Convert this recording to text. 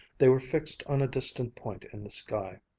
they were fixed on a distant point in the sky.